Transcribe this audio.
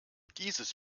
dieses